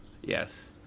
Yes